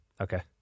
Okay